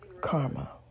karma